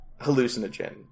hallucinogen